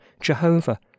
Jehovah